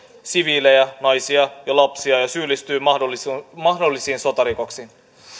siviilejä naisia ja lapsia ja syyllistyy mahdollisiin sotarikoksiin